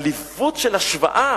עליבות של השוואה.